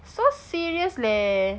so serious leh